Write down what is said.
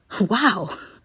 wow